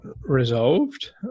resolved